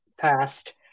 passed